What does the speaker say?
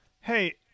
hey